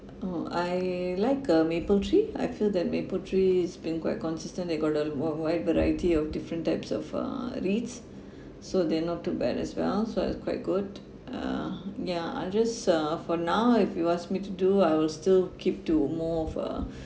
oh I like uh mapletree I feel that mapletree is been quite consistent they got the worldwide variety of different types of uh REITS so they're not too bad as well so I was quite good uh yeah I'll just uh for now if you ask me to do I will still keep to more of uh